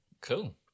Cool